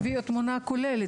זה חלק מהתמונה הכוללת.